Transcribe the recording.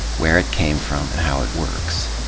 where it came from and how it works.